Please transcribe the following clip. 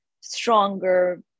stronger